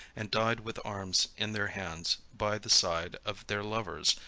and died with arms in their hands, by the side of their lovers,